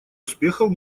успехов